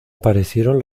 aparecieron